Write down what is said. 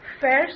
First